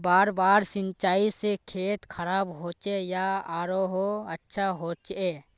बार बार सिंचाई से खेत खराब होचे या आरोहो अच्छा होचए?